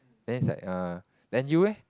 then he's like err then you eh